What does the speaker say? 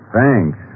Thanks